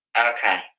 Okay